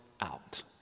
out